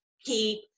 keep